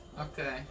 Okay